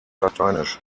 lateinisch